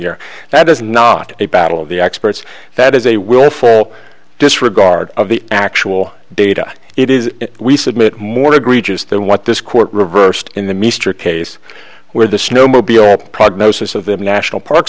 year that is not a battle of the experts that is a willful disregard of the actual data it is we submit more egregious than what this court reversed in the mr case where the snowmobile prognosis of the national park